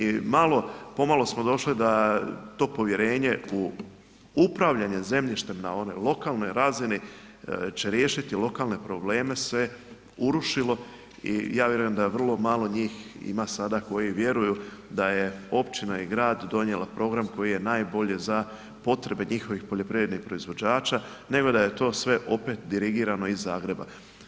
I malo pomalo smo došli da to povjerenje u upravljanje zemljištem na onoj lokalnoj razini će riješiti lokalne probleme se urušilo i ja vjerujem da vrlo malo njih ima sada koji vjeruju da je općina i grad donijela program koji je najbolje za potrebe njihovih poljoprivrednih proizvođača, nego da je to sve opet dirigirano iz Zagreba.